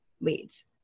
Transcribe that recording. leads